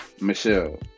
Michelle